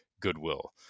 Goodwill